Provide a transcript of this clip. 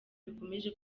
bikomeje